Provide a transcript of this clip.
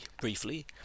briefly